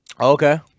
Okay